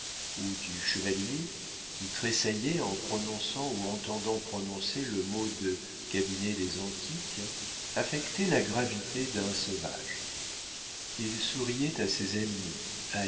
ou du chevalier qui tressaillait en prononçant ou entendant prononcer le mot de cabinet des antiques affectait la gravité d'un sauvage il souriait à ses ennemis